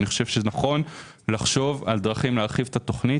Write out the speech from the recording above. ולהגיד שאני חושב שזה נכון לחשוב על דרכים להרחיב את התכנית,